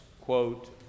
Quote